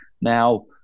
Now